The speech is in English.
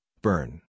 burn